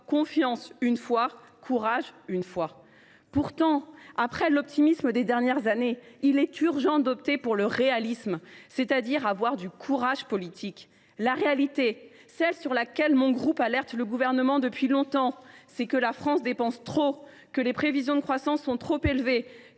confiance » et « courage » une seule. Pourtant, après l’optimisme des dernières années, il est urgent d’opter pour le réalisme, c’est à dire d’avoir du courage politique. La réalité, celle sur laquelle le groupe Les Républicains alerte le Gouvernement depuis longtemps, c’est que la France dépense trop, que les prévisions de croissance sont trop élevées